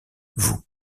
vous